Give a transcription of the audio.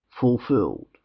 Fulfilled